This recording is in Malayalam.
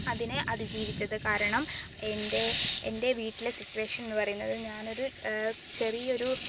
അതിനെ അതിജീവിച്ചത് കാരണം എൻ്റെ എൻ്റെ വീട്ടിലെ സിറ്റുവേഷൻ എന്ന് പറയുന്നത് ഞാനൊരു ചെറിയൊരു